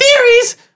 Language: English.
theories